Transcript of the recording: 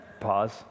Pause